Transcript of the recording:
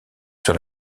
sur